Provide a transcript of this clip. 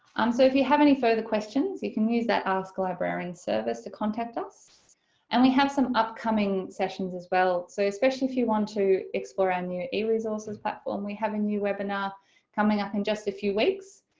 um so if you have any further questions you can use that ah ask-a-librarian service to contact us and we have some upcoming sessions as well. so especially if you want to explore our new eresources platform. we have a new webinar coming up in just a few weeks.